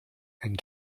and